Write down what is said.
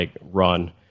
run